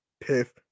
piff